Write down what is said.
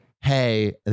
Hey